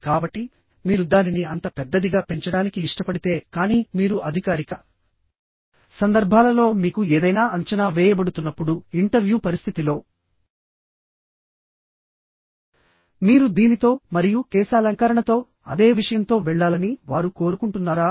కాబట్టి మీరు దానిని అంత పెద్దదిగా పెంచడానికి ఇష్టపడితే కానీ మీరు అధికారిక సందర్భాలలో మీకు ఏదైనా అంచనా వేయబడుతున్నప్పుడు ఇంటర్వ్యూ పరిస్థితిలో మీరు దీనితో మరియు కేశాలంకరణతో అదే విషయంతో వెళ్లాలని వారు కోరుకుంటున్నారా